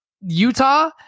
Utah